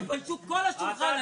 תתביישו כל השולחן הזה.